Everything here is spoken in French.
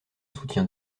soutient